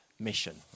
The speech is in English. mission